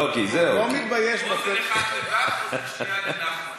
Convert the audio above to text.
אוזן אחת, אוזן שנייה לנחמן.